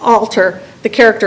alter the character